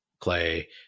Clay